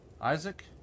Isaac